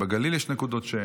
גם בגליל יש נקודות שאין.